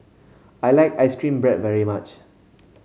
I like ice cream bread very much